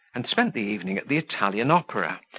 and spent the evening at the italian opera,